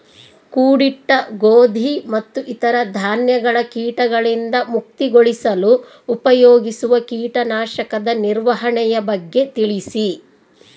ಕೂಡಿಟ್ಟ ಗೋಧಿ ಮತ್ತು ಇತರ ಧಾನ್ಯಗಳ ಕೇಟಗಳಿಂದ ಮುಕ್ತಿಗೊಳಿಸಲು ಉಪಯೋಗಿಸುವ ಕೇಟನಾಶಕದ ನಿರ್ವಹಣೆಯ ಬಗ್ಗೆ ತಿಳಿಸಿ?